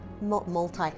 Multi